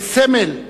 לסמל,